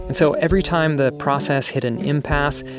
and so every time the process hit an impasse,